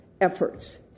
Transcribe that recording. efforts